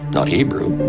not hebrew.